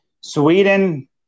Sweden